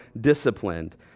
disciplined